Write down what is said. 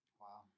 Wow